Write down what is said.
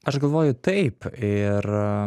aš galvoju taip ir